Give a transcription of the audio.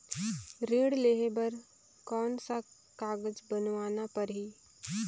ऋण लेहे बर कौन का कागज बनवाना परही?